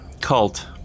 cult